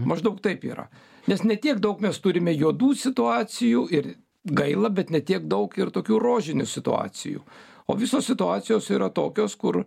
maždaug taip yra nes ne tiek daug mes turime juodų situacijų ir gaila bet ne tiek daug ir tokių rožinių situacijų o visos situacijos yra tokios kur